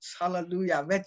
Hallelujah